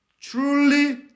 Truly